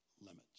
limits